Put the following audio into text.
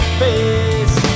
face